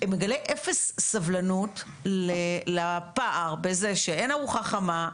מגלה אפס סובלנות לפער בזה שאין ארוחה חמה,